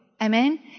Amen